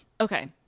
Okay